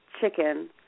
chicken